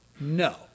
No